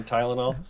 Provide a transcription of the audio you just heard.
Tylenol